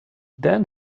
then